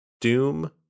doom